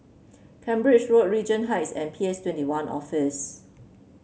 Cambridge Road Regent Heights and P S Twenty One Office